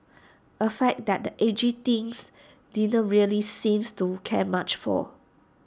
A fact that edgy Teen's didn't really seems to care much for